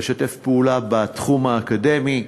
לשתף פעולה בתחום האקדמי,